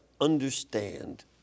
understand